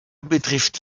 betrifft